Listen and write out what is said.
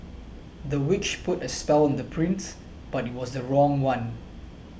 the witch put a spell on the prince but it was the wrong one